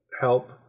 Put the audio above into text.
help